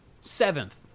seventh